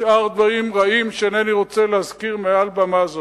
ושאר דברים רעים שאינני רוצה להזכיר מעל במה זו.